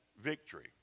victory